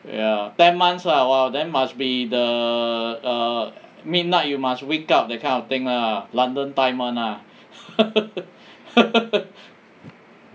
ya ten months lah !wah! then must be the err midnight you must wake up that kind of thing lah london time [one] lah